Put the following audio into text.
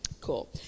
Cool